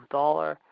dollar